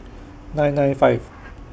nine nine five